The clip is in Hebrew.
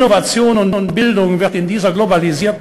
לשם כך על הכלכלות להיות בנות-תחרות בעולם הגלובלי,